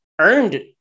earned